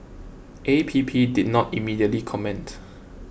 A P P did not immediately comment